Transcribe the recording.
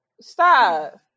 stop